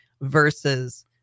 versus